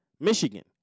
Michigan